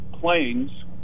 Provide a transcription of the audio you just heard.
planes